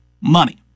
Money